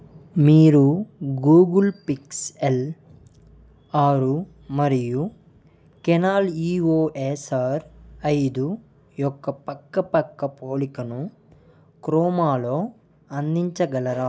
మీరు Google Pixel ఆరు మరియు Canon E O S R ఐదు యొక్క పక్కపక్క పోలికను క్రోమాలో అందించగలరా